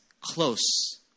close